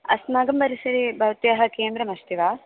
अस्माकं परिसरे भवत्याः केन्द्रम् अस्ति वा